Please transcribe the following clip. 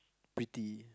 pretty